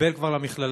התקבל כבר למכללה,